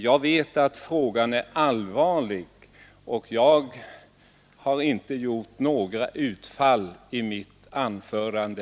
Jag vet att frågan är allvarlig, och jag gjorde inte något utfall i mitt anförande.